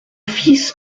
fils